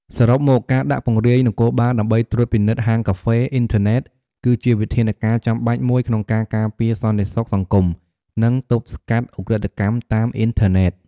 សរុបមក ការដាក់ពង្រាយនគរបាលដើម្បីត្រួតពិនិត្យហាងកាហ្វេអ៊ីនធឺណិត គឺជាវិធានការចាំបាច់មួយក្នុងការការពារសន្តិសុខសង្គម និងទប់ស្កាត់ឧក្រិដ្ឋកម្មតាមអ៊ីនធឺណិត។